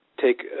take